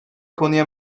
konuya